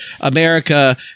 America